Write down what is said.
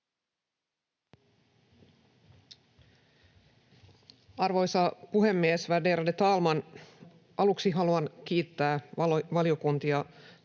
Arvoisa puhemies, värderade talman! Aluksi haluan kiittää valiokuntia